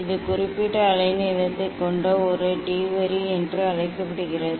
இது குறிப்பிட்ட அலைநீளத்தைக் கொண்ட ஒரு டி வரி என்று அழைக்கிறது